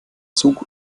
zug